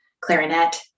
clarinet